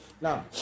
Now